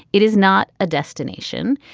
it is not a destination.